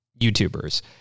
YouTubers